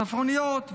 ספרניות,